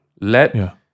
let